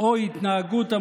הרב גפני, בפעם